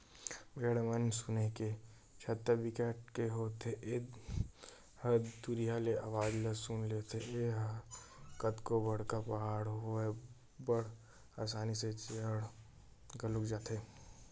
भेड़िया म सुने के छमता बिकट के होथे ए ह दुरिहा ले अवाज ल सुन लेथे, ए ह कतको बड़का पहाड़ होवय बड़ असानी ले चढ़ घलोक जाथे